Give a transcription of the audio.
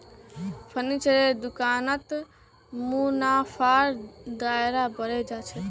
फर्नीचरेर दुकानत मुनाफार दायरा बढ़े जा छेक